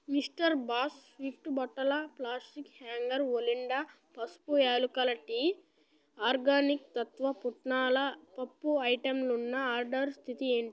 mister Boss Swift బట్టల plastic hanger ఒలిండా పసుపు యాలక్కుల టీ ఆర్గానిక్ తత్వ పుట్నాల పప్పు ఐటెంలున్న ఆర్డరు స్థితి ఏంటి